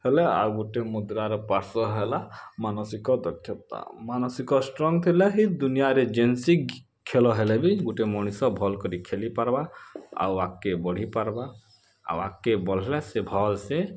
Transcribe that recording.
ହେଲେ ଆଉ ଗୁଟେ ମୁଦ୍ରାର ପାର୍ଶ୍ୱ ହେଲା ମାନସିକ ଦକ୍ଷତା ମାନସିକ ଷ୍ଟ୍ରଙ୍ଗ୍ ଥିଲେ ହିଁ ଦୁନିଆରେ ଯେନସି ଖେଲ ହେଲେ ବି ଗୁଟେ ମନିଷ ଭଲ୍ କରି ଖେଲିପାରବା ଆଉ ଆଗକେ ବଢ଼ିପାରବା ଆଉ ଆଗକେ ବଢ଼ିଲେ ସେ ଭଲ ସେ